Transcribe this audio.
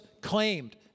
claimed